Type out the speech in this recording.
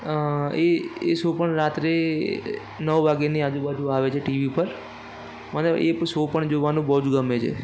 અં એ એ શો પણ રાત્રે નવ વાગ્યાની આજુબાજુ આવે છે ટીવી ઉપર મને એ પ શો પણ જોવાનું બહુ જ ગમે છે